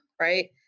right